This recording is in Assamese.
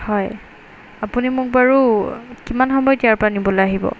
হয় আপুনি মোক বাৰু কিমান সময়ত ইয়াৰপৰা নিবলৈ আহিব